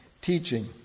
teaching